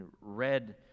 read